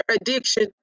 addiction